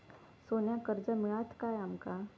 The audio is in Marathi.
सोन्याक कर्ज मिळात काय आमका?